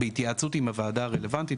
בהתייעצות עם הוועדה רלוונטית,